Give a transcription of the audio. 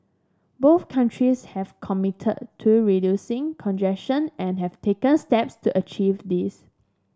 both countries have committed to reducing congestion and have taken steps to achieve this